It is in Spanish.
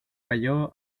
cayó